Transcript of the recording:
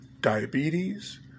diabetes